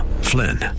Flynn